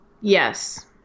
yes